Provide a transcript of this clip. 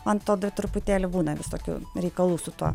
ant to dar truputėlį būna visokių reikalų su tuo